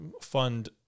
fund